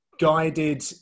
guided